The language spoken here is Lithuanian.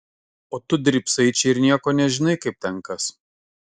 o tu drybsai čia ir nieko nežinai kaip ten kas